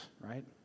right